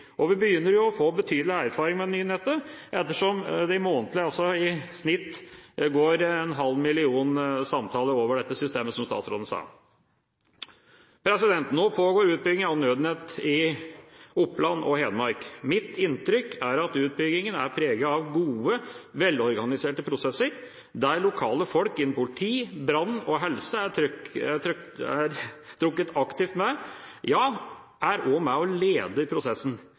Og vi begynner jo å få betydelig erfaring med det nye nettet ettersom det månedlig i snitt går en halv million samtaler over dette systemet, som statsråden sa. Nå pågår utbyggingen av nødnett i Oppland og Hedmark. Mitt inntrykk er at utbyggingen er preget av gode, velorganiserte prosesser, der lokale folk innen politi, brann og helse er trukket aktivt med – ja, også er med og leder prosessen. Mitt inntrykk er også at mye entusiasme og